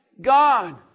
God